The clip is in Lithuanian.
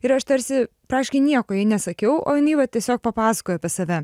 ir aš tarsi praktiškai nieko jai nesakiau o jinai va tiesiog papasakojo apie save